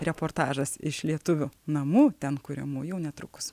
reportažas iš lietuvių namų ten kuriamų jau netrukus